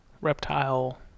reptile